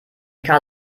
kater